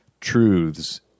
Truths